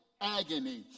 agony